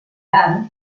gran